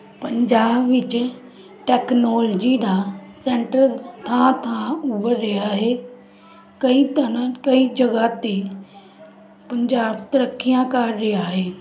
ਪੰਜਾਬ ਵਿੱਚ ਟੈਕਨੋਲਜੀ ਦਾ ਸੈਂਟਰ ਥਾਂ ਥਾਂ ਉੱਭਰ ਰਿਹਾ ਏ ਕਈ ਤਰਾਂ ਕਈ ਜਗ੍ਹਾ 'ਤੇ ਪੰਜਾਬ ਤਰੱਕੀਆਂ ਕਰ ਰਿਹਾ ਏ